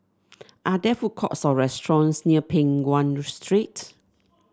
are there food courts or restaurants near Peng Nguan Street